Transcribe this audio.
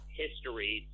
history